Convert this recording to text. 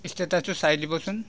ষ্টেটাচটো চাই দিবচোন